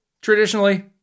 traditionally